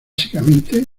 básicamente